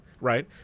Right